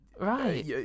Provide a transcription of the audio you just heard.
Right